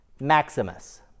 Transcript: Maximus